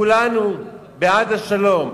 כולנו בעד השלום.